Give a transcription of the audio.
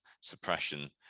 suppression